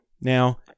Now